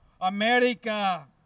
America